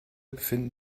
befinden